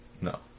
No